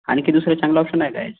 आणखी दुसरं चांगलं ऑप्शन आहे काय